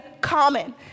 common